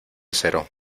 cero